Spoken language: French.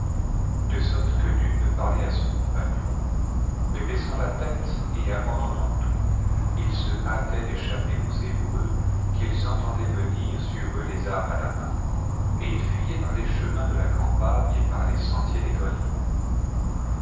de sorte que nul ne parlait à son compagnon mais baissant la tête et abandonnant tout ils se hâtaient d'échapper aux hébreux qu'ils entendaient venir sur eux les armes à la main et ils fuyaient par les chemins de la campagne et par les sentiers des collines